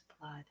blood